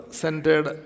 centered